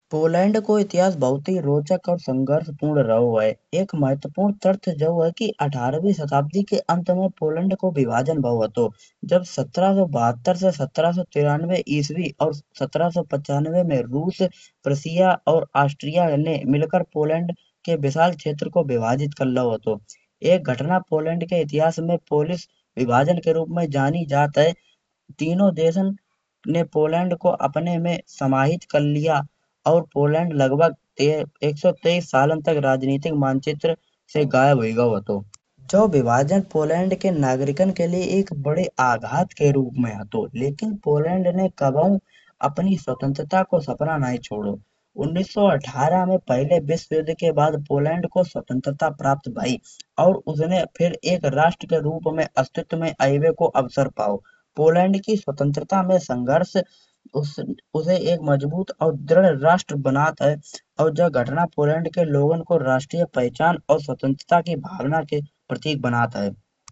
पोलैंड को इतिहास बहुत ही रोचक और संघर्ष पूर्ण रहो है एक महत्वपूर्ण तरथ जऊ है। कि अठारवी वि शताब्दी के अंत में पोलैंड को विभाजन भाव हतो। जब सत्राह सो बहत्तर से सत्राह सो तेरानवे इस्वी और सत्राह सो पचानवे में रूस, पर्शिया और ऑस्ट्रेलिया ने मिलकर पोलैंड के विशाल क्षेत्र को विभाजित करलो हतो। एक घटना पोलैंड के इतिहास में विभाजन के इतिहास में जानी जात है। तीनो देसन ने पोलैंड को अपने में समाहित करलिया और पोलैंड लग भग एक सो तेइस सालन तक राजनीति मंचित्र से गायब हो गओ हतो। जऊ विभाजन पोलैंड के नागरिकन के लाय एक बड़े आघात के रूप में हतो। लेकिन पोलैंड ने कबहू अपनी स्वतंत्रता को सपना नाहीं छोड़ो। उन्नीस सो अठारह में पहले विश्वयुद्ध के बाद पोलैंड को स्वतंत्रता प्राप्त भई और उसने फिर एक राष्ट्र के रूप में अस्तित्व में आवे को अवसर पाओ। पोलैंड की स्वतंत्रता में संघर्ष उसे एक मजबूत और दृढ़ राज्य बनात है। और जे घटना पोलैंड के लोगन को राष्ट्रीय पहचान और स्वतंत्रता की भावना के प्रतीक बनात है।